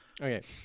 Okay